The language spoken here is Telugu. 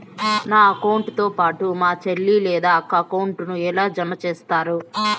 నా అకౌంట్ తో పాటు మా చెల్లి లేదా అక్క అకౌంట్ ను ఎలా జామ సేస్తారు?